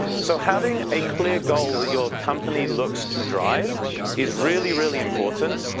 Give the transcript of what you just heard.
so having a clear goal that your company looks to drive is really, really important,